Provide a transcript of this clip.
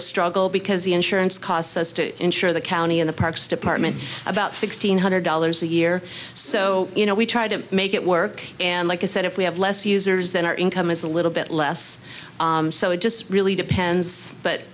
a struggle because the insurance costs us to insure the county in the parks department about sixteen hundred dollars a year so you know we try to make it work and like i said if we have less users then our income is a little bit less so it just really